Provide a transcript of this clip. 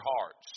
hearts